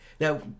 Now